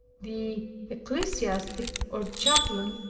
the ecclesiastic, or chaplain,